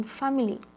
family